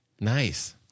Nice